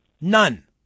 None